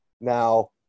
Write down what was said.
now